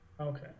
Okay